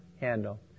handle